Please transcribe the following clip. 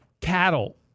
cattle